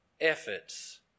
efforts